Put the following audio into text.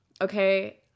okay